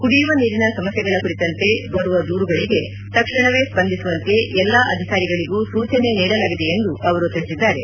ಕುಡಿಯುವ ನೀರಿನ ಸಮಸ್ಥೆಗಳ ಕುರಿತಂತೆ ಬರುವ ದೂರುಗಳಿಗೆ ತಕ್ಷಣವೇ ಸ್ಪಂದಿಸುವಂತೆ ಎಲ್ಲಾ ಅಧಿಕಾರಿಗಳಿಗೂ ಸೂಚನೆ ನೀಡಲಾಗಿದೆ ಎಂದು ಅವರು ತಿಳಿಸಿದ್ದಾರೆ